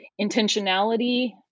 Intentionality